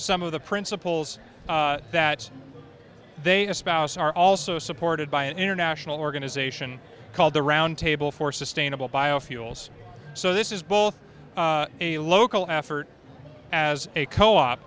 some of the principles that they espouse are also supported by an international organization called the round table for sustainable biofuels so this is both a local effort as a co op